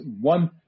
one